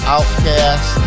Outcast